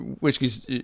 whiskey's